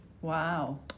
Wow